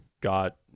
got